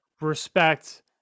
respect